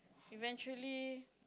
eventually